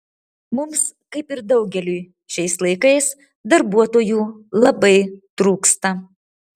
mums kaip ir daugeliui šiais laikais darbuotojų labai trūksta